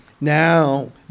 now